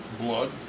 blood